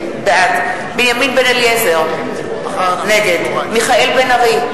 בעד בנימין בן-אליעזר, נגד מיכאל בן-ארי,